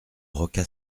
rocca